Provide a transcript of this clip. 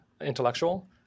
intellectual